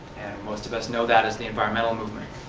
most of us know that as the environmental movement.